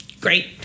great